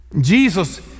Jesus